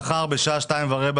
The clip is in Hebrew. מחר בשעה 14:15,